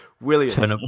Williams